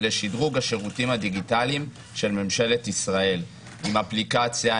לשדרוג השירותים הדיגיטליים של ממשלת ישראל עם אפליקציה,